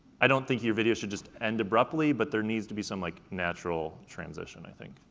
i don't think your video should just end abruptly, but there needs to be some like natural transition, i think.